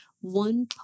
One